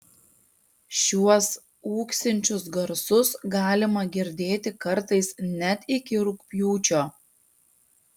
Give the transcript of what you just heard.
šiuos ūksinčius garsus galima girdėti kartais net iki rugpjūčio